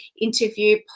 interview